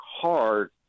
hard